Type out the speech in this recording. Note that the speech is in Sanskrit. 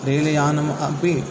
रेल यानम् अपि